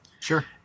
Sure